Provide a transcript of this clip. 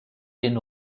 den